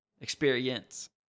Experience